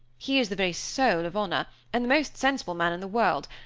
he is the very soul of honor, and the most sensible man in the world,